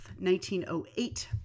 1908